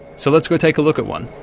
so let's go take a look at one.